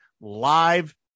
live